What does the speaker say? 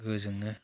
गोहोजोंनो